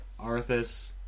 Arthas